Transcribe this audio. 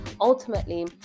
ultimately